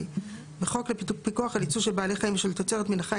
3. בחוק לפיקוח על יצוא של בעלי חיים ושל תוצרת מן החי,